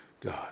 God